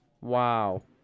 Wow